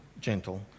gentle